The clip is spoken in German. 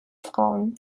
frauen